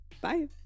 Bye